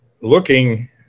looking